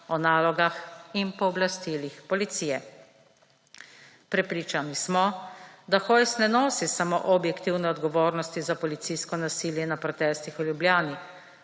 o nalogah in pooblastilih policije. Prepričani smo, da Hojs ne nosi samo objektivne odgovornosti za policijsko nasilje na protestih v Ljubljani,